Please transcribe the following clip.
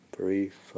brief